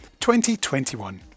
2021